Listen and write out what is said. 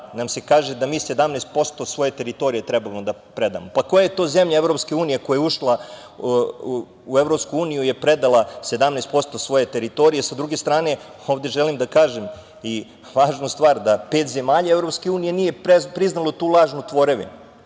nam se kaže da mi 17% svoje teritorije trebamo da predamo. Koja je to zemlja EU koja je ušla u EU, predala 17% svoje teritorije? Sa druge strane, ovde želim da kažem i važnu stvar da pet zemalja EU nije priznalo tu lažnu tvorevinu,